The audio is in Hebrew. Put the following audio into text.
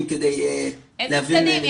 הצדדים --- איזה צדדים?